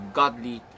godly